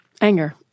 Anger